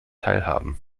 teilhaben